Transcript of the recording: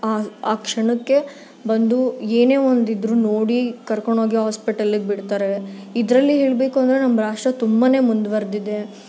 ಆ ಆ ಕ್ಷಣಕ್ಕೆ ಬಂದು ಏನೇ ಒಂದು ಇದ್ರೂ ನೋಡಿ ಕರ್ಕೊಂಡೋಗಿ ಹಾಸ್ಪಿಟಲ್ಲ್ಗೆ ಬಿಡ್ತಾರೆ ಇದರಲ್ಲಿ ಹೇಳಬೇಕು ಅಂದರೆ ನಮ್ಮ ರಾಷ್ಟ್ರ ತುಂಬ ಮುಂದುವರ್ದಿದೆ